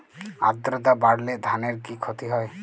আদ্রর্তা বাড়লে ধানের কি ক্ষতি হয়?